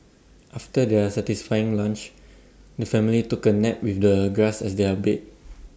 after their satisfying lunch the family took A nap with the grass as their bed